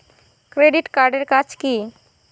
Credit card এর কাজ কি?